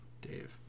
Dave